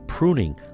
Pruning